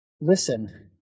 listen